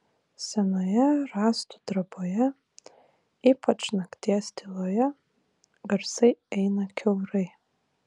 senoje rąstų troboje ypač nakties tyloje garsai eina kiaurai